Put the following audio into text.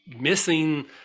missing